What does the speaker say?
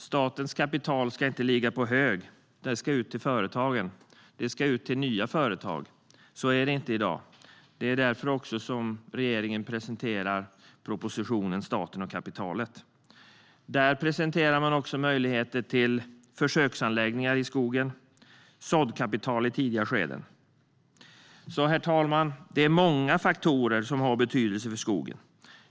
Statens kapital ska inte ligga på hög, utan det ska ut till företagen. Det ska ut till nya företag, men så är det inte i dag. Det är därför som regeringen presenterar propositionen Staten och kapitalet . Där presenterar man också möjligheter till försöksanläggningar i skogen och såddkapital i tidiga skeden. Herr talman! Det är många faktorer som har betydelse för skogen.